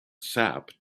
sap